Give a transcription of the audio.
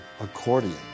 accordion